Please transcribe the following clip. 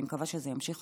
אני מקווה שזה ימשיך